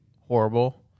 horrible